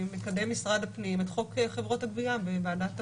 מקדם משרד הפנים את חוק חברות הגבייה בוועדת הפנים.